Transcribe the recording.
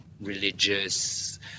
religious